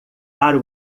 para